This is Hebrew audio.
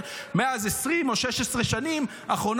בבטיחות בדרכים מאז 20 או 16 השנים האחרונות.